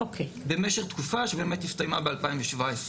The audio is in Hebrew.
במשך תקופה שבאמת הסתיימה ב-2017,